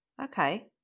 Okay